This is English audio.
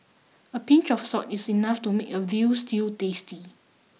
a pinch of salt is enough to make a veal stew tasty